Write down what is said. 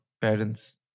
parents